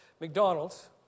McDonald's